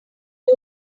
new